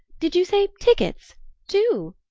did you say tickets two?